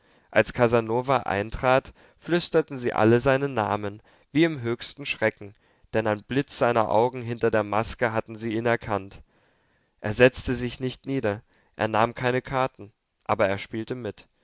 als casanova eintrat flüsterten sie alle seinen namen wie im höchsten schrecken denn am blitz seiner augen hinter der maske hatten sie ihn erkannt er setzte sich nicht nieder er nahm keine karten aber er spielte mit